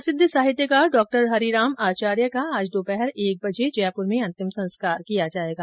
प्रसिद्ध साहित्यकार डॉ हरिराम आचार्य का आज दोपहर एक बजे जयपूर में अंतिम संस्कार किया जाएगा